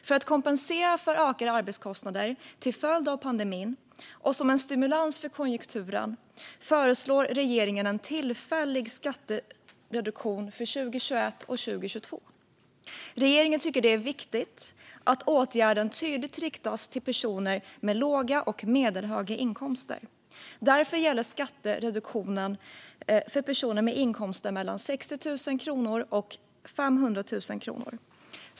För att kompensera för ökade arbetskostnader till följd av pandemin och som en stimulans för konjunkturen föreslår regeringen en tillfällig skattereduktion för 2021 och 2022. Regeringen tycker att det är viktigt att åtgärden tydligt riktas till personer med låga och medelhöga inkomster. Därför gäller skattereduktionen för personer med inkomster mellan 60 000 kronor och 500 000 kronor.